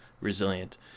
resilient